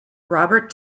robert